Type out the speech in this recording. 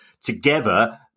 together